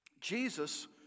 Jesus